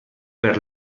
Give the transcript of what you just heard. per